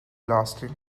lasting